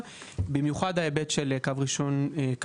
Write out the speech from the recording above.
במיוחד ההיבט של קו טיפול ראשון.